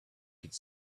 could